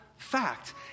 Fact